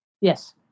yes